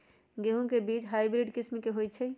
गेंहू के बीज हाइब्रिड किस्म के होई छई?